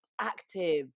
active